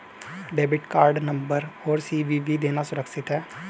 Debit card number और CVV देना सुरक्षित है?